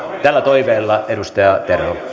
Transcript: tällä toiveella edustaja terho